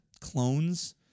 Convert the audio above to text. Clones